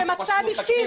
לאום ומצב אישי,